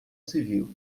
civil